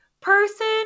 person